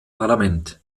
parlament